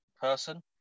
person